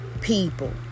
people